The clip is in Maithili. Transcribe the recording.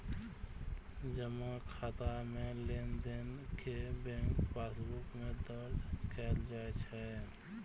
जमा खाता मे लेनदेन कें बैंक पासबुक मे दर्ज कैल जाइ छै